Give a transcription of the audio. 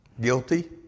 guilty